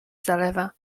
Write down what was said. zalewa